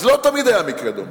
אז לא תמיד היה מקרה דומה,